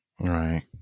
right